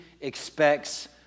expects